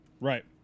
Right